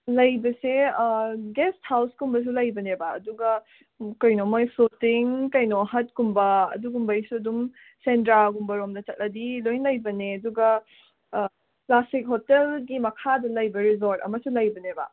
ꯂꯩꯕꯁꯦ ꯒꯦꯁ ꯍꯥꯎ꯭ꯁꯀꯨꯝꯕꯁꯨ ꯂꯩꯕꯅꯦꯕ ꯑꯗꯨꯒ ꯀꯩꯅꯣ ꯃꯣꯏ ꯐ꯭ꯂꯣꯇꯤꯡ ꯀꯩꯅꯣ ꯍꯠꯀꯨꯝꯕ ꯑꯗꯨꯒꯨꯝꯕꯩꯁꯨ ꯑꯗꯨꯝ ꯁꯦꯟꯗ꯭ꯔꯒꯨꯝꯕꯔꯣꯝꯗ ꯆꯠꯂꯗꯤ ꯂꯣꯏ ꯂꯩꯕꯅꯦ ꯑꯗꯨꯒ ꯀ꯭ꯂꯥꯁꯤꯛ ꯍꯣꯇꯦꯜꯒꯤ ꯃꯈꯥꯗ ꯂꯩꯕ ꯔꯤꯁꯣꯔꯠ ꯑꯃꯁꯨ ꯂꯩꯕꯅꯦꯕ